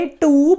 two